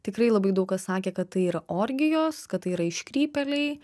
tikrai labai daug kas sakė kad tai yra orgijos kad tai yra iškrypėliai